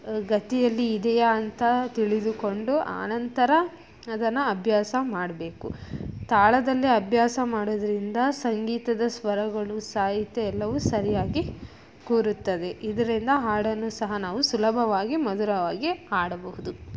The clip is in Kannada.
ಗತಿಯಲ್ಲಿ ಇದೆಯಾ ಅಂತ ತಿಳಿದುಕೊಂಡು ಆ ನಂತರ ಅದನ್ನು ಅಭ್ಯಾಸ ಮಾಡಬೇಕು ತಾಳದಲ್ಲಿ ಅಭ್ಯಾಸ ಮಾಡೋದರಿಂದ ಸಂಗೀತದ ಸ್ವರಗಳು ಸಾಹಿತ್ಯ ಎಲ್ಲವೂ ಸರಿಯಾಗಿ ಕೂರುತ್ತದೆ ಇದರಿಂದ ಹಾಡನ್ನು ಸಹ ನಾವು ಸುಲಭವಾಗಿ ಮಧುರವಾಗಿ ಹಾಡಬಹುದು